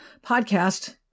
podcast